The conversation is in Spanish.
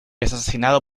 asesinado